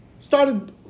started